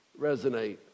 resonate